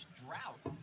drought